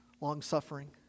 long-suffering